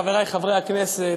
חברי חברי הכנסת,